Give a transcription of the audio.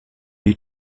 die